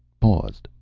paused,